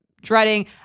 dreading